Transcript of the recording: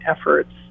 efforts